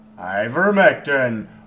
ivermectin